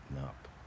up